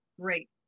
Great